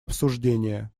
обсуждение